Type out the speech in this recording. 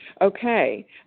Okay